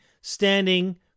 standing